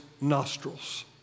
nostrils